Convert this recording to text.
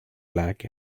black